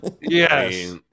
Yes